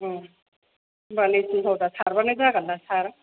अ' होमब्ला ब्लेसिं पावडार सारब्लानो जागोन ना सार